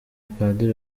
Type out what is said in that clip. padiri